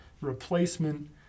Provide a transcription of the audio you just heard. replacement